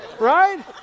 Right